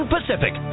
Pacific